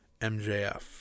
MJF